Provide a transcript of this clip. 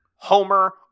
Homer